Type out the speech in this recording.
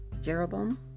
Jeroboam